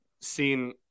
seen